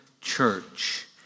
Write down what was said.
church